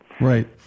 Right